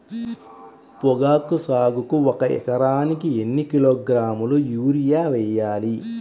పొగాకు సాగుకు ఒక ఎకరానికి ఎన్ని కిలోగ్రాముల యూరియా వేయాలి?